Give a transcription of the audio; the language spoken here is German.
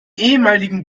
ehemaligen